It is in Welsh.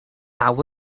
naw